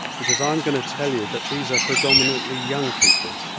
because i'm going to tell you that these are predominantly young people.